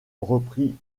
reprit